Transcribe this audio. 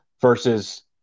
versus